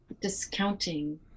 discounting